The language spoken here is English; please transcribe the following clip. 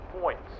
points